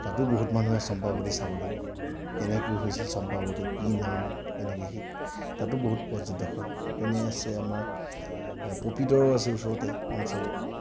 তাতো বহুত মানুহ আহে চম্পাৱতী চাবলৈ কেনেকৈ কি হৈছিল চম্পাৱতীত কি নাম কেনেকৈ সেই তাতো বহুত পৰ্যটক হয় ইপিনে আছে আমাৰ পবিতৰাও আছে ওচৰতে অঞ্চলৰ